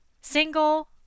single